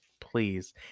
please